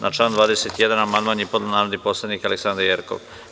Na član 21. amandman je podneo narodni poslanik Aleksandra Jerkov.